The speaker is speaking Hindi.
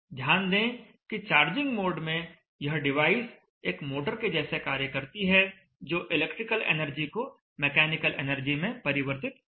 ध्यान दें कि चार्जिंग मोड में यह डिवाइस एक मोटर के जैसे कार्य करती है जो इलेक्ट्रिकल एनर्जी को मैकेनिकल एनर्जी में परिवर्तित कर देती है